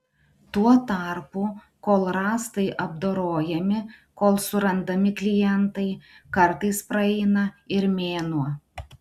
tuo tarpu kol rąstai apdorojami kol surandami klientai kartais praeina ir mėnuo